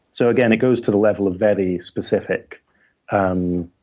so again, it goes to the level of very specific um